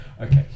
Okay